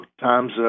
times